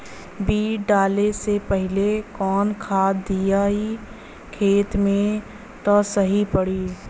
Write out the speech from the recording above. बीज डाले से पहिले कवन खाद्य दियायी खेत में त सही पड़ी?